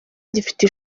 gifite